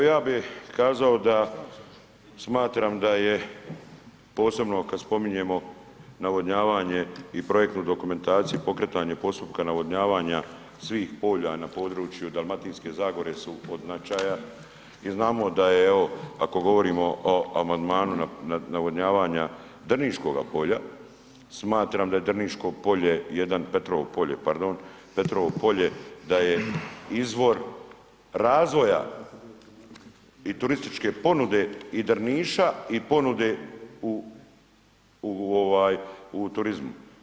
Ja bi kazao da smatram da je posebno kad spominjemo navodnjavanje i projektnu dokumentaciju, pokretanje postupka navodnjavanja svih polja na području Dalmatinske zagore su od značaja i znamo da je evo, ako govorimo o amandmanu navodnjavanja Drniškoga polja, smatram da je Drniško polje jedan, Petrovo polje pardon, Petrovo polje da je izvor razvoja i turističke ponude i Drniša i ponude u turizmu.